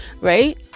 Right